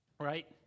right